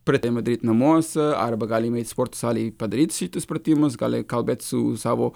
pradedama daryt namuos arba galime eit į sporto salę į padaryt šitus pratimus gali kalbėti su savo